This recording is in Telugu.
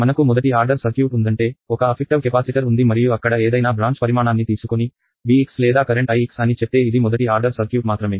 మనకు మొదటి ఆర్డర్ సర్క్యూట్ ఉందంటే ఒక ప్రభావవంతమైన కెపాసిటర్ ఉంది మరియు అక్కడ ఏదైనా బ్రాంచ్ పరిమాణాన్ని తీసుకొని Vx లేదా కరెంట్ Ix అని చెప్తే ఇది మొదటి ఆర్డర్ సర్క్యూట్ మాత్రమే